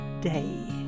day